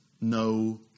no